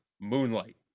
Moonlight